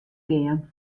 gean